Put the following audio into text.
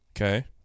Okay